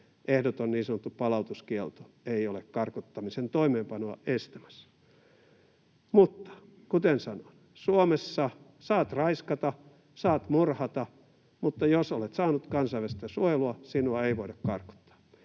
ehdoton niin sanottu palautuskielto ei ole karkottamisen toimeenpanoa estämässä. Mutta kuten sanoin, Suomessa saat raiskata, saat murhata, mutta jos olet saanut kansainvälistä suojelua, sinua ei voida karkottaa.